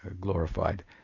glorified